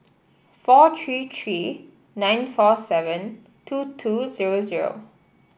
four three three nine four seven two two zero zero